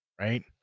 right